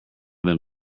them